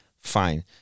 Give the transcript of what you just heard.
fine